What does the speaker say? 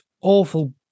awful